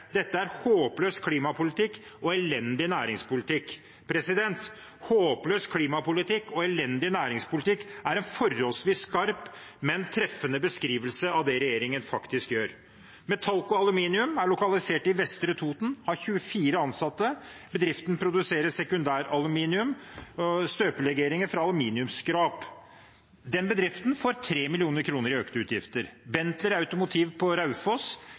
Dette er håpløs klimapolitikk og elendig næringspolitikk.» «Håpløs klimapolitikk og elendig næringspolitikk» er en forholdsvis skarp, men treffende beskrivelse av det regjeringen faktisk gjør. Metallco Aluminium er lokalisert på Vestre Toten og har 24 ansatte. Bedriften produserer sekundæraluminium og støpelegeringer fra aluminiumsskrap. Denne bedriften får 3 mill. kr i økte utgifter. Når det gjelder Benteler Automotive på Raufoss,